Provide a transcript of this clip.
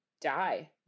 die